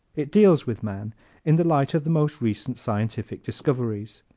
it deals with man in the light of the most recent scientific discoveries.